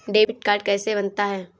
Debit card कैसे बनता है?